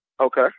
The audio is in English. Okay